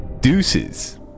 Deuces